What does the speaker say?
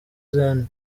zion